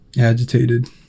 Agitated